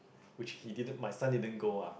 which he didn't which my son didn't go ah